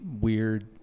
weird